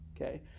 Okay